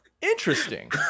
Interesting